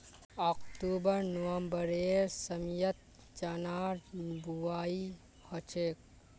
October नवंबरेर समयत चनार बुवाई हछेक